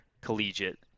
collegiate